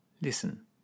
listen